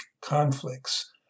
conflicts